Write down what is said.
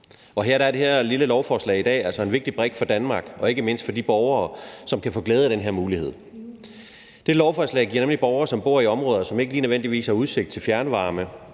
Og det her lille lovforslag i dag er altså en vigtig brik for Danmark og ikke mindst for de borgere, som kan få glæde af den her mulighed. Lovforslaget giver nemlig borgere, der som jeg bor i et område af Danmark, hvor der ikke lige nødvendigvis er udsigt til fjernvarme,